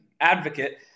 advocate